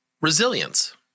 resilience